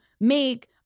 make